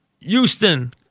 Houston